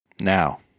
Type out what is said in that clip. Now